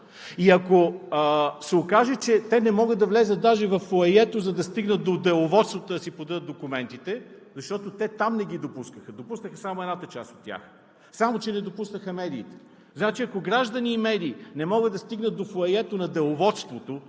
И ако се окаже, че те не могат да влязат даже във фоайето, за да стигнат до деловодството да си подадат документите, защото те там не ги допускаха, допуснаха само едната част от тях, само че не допуснаха медиите, ако граждани и медии не могат да стигнат до фоайето на деловодството,